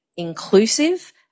inclusive